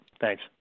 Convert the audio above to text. Thanks